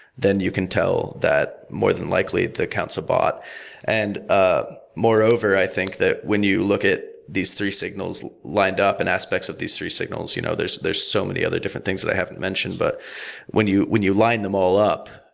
then you can tell that, more than likely, that counts a bot and ah moreover, i think that when you look at these three signals lined up and aspects of these three signals, you know there's there's so many other different that i haven't mentioned. but when you when you line them all up,